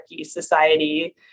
society